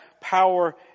power